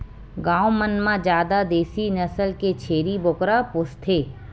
गाँव मन म जादा देसी नसल के छेरी बोकरा पोसथे